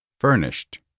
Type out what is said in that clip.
Furnished